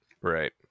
Right